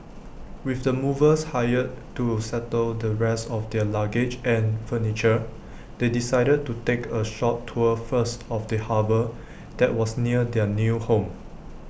with the movers hired to settle the rest of their luggage and furniture they decided to take A short tour first of the harbour that was near their new home